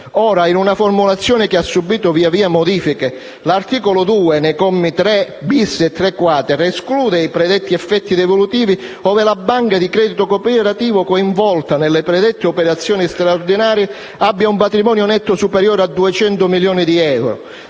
Ora, in una formulazione che ha subito via, via modifiche, l'articolo 2 - nei commi che vanno dal 3-*bis* al 3*-quater* - esclude i predetti effetti devolutivi ove la banca di credito cooperativo coinvolta nelle predette operazioni straordinarie abbia un patrimonio netto superiore a 200 milioni di euro,